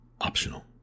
optional